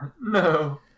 No